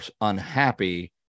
unhappy